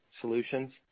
solutions